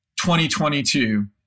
2022